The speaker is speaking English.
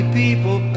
people